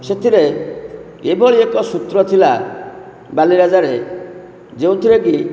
ସେଥିରେ ଏଭଳି ଏକ ସୂତ୍ର ଥିଲା ବାଲିରାଜାରେ ଯେଉଁଥିରେ କି